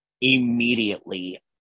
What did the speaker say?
immediately